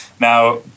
Now